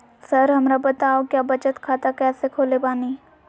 Sir हमरा बताओ क्या बचत खाता कैसे खोले बानी?